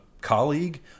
colleague